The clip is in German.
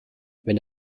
wenn